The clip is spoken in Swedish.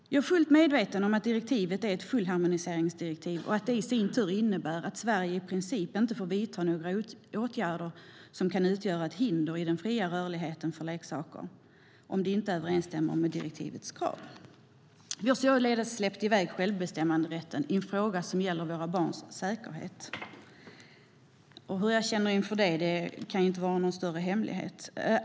Jag är fullt medveten om att direktivet är ett fullharmoniseringsdirektiv och att det i sin tur innebär att Sverige i princip inte får vidta några åtgärder som kan utgöra hinder i den fria rörligheten för leksaker som överensstämmer med direktivets krav. Vi har således släppt i väg självbestämmanderätten i en fråga som gäller våra barns säkerhet. Hur jag känner inför det är ingen större hemlighet.